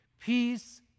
Peace